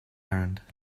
errand